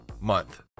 month